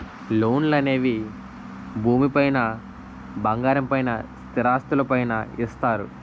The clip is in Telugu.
లోన్లు అనేవి భూమి పైన బంగారం పైన స్థిరాస్తులు పైన ఇస్తారు